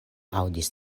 aŭdis